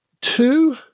two